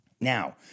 Now